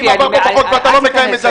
ואם עבר פה בחוק ואתה לא מקיים את זה,